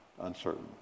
Uncertain